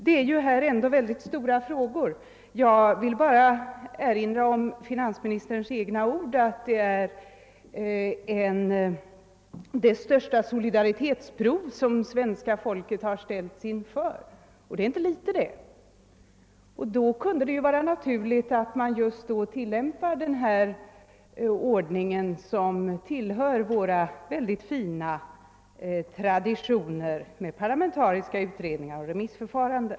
Det är ju synnerligen stora frågor det här gäller och jag vill erinra om finansministerns egna ord att det rör sig om det största solidaritetsprov som det svenska folket ställts inför och det är inte litet det. Då kunde det ju vara naturligt att man tillämpade den nyssnämnda ordningen som tillhör våra mycket fina traditioner med parlamentariska utredningar och remissförfarande.